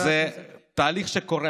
זה תהליך שקורה,